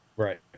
Right